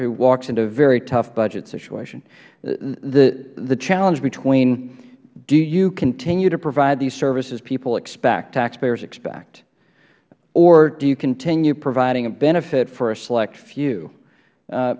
who walks into a very tough budget situation the challenge between do you continue to provide these services people expect taxpayers expect or do you continue providing a benefit for a select few